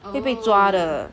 会被抓的